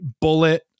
Bullet